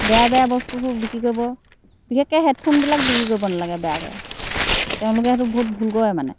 বেয়া বেয়া বস্তুবোৰ বিক্ৰী কৰিব বিশেষকৈ হেডফোনবিলাক বিক্ৰী কৰিব নালাগে বেয়াকৈ তেওঁলোকে সেইটো বহুত ভুল কৰে মানে